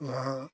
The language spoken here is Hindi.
वहाँ